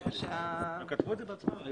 כתבו את זה בעצמם.